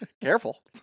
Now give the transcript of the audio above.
Careful